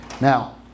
Now